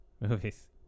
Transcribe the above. movies